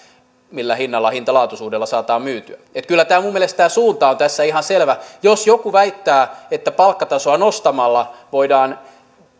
millä hinnalla hinta laatu suhteella saadaan myytyä eli kyllä minun mielestäni tämä suunta on tässä ihan selvä jos joku väittää että palkkatasoa nostamalla voidaan